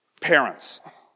Parents